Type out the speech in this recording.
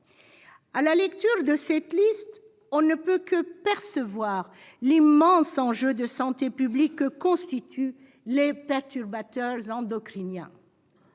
À la lecture de cette liste, on ne peut que percevoir l'immense enjeu de santé publique que constituent les perturbateurs endocriniens.